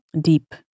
deep